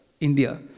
India